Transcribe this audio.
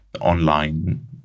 online